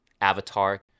Avatar